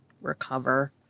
recover